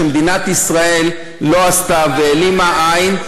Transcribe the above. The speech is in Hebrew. מה שמדינת ישראל לא עשתה והעלימה עין,